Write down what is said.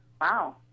wow